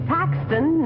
Paxton